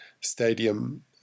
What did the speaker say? Stadium